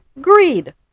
greed